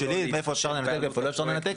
שלי ואיפה אפשר לנתק ואיפה לא אפשר לנתק.